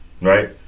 right